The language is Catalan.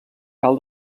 cal